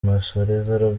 masozera